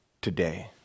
today